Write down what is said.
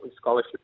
scholarship